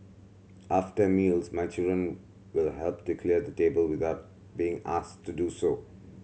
after meals my children will help to clear the table without being asked to do so